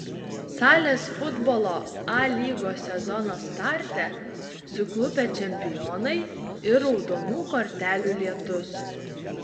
salės futbolo a lygos sezono starte suklupę čempionai ir raudonų kortelių lietus